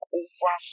over